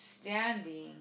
standing